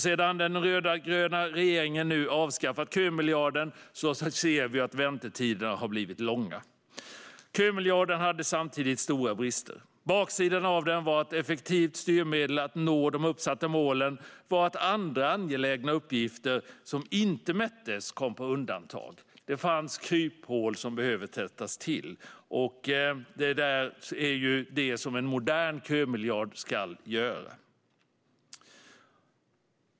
Sedan den rödgröna regeringen nu avskaffat kömiljarden ser vi att väntetiderna har blivit långa. Kömiljarden hade samtidigt stora brister. Baksidan av att den var ett effektivt styrmedel för att nå de uppsatta målen var att andra angelägna uppgifter, som inte mättes, kom på undantag. Det fanns kryphål som behöver täppas till. Det är detta en modern kömiljard ska göra.